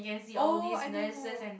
oh I know